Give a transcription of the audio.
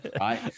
Right